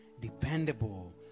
dependable